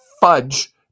fudge